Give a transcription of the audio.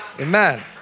Amen